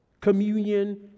communion